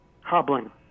Hobbling